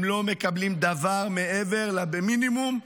הם לא מקבלים דבר מעבר למינימום,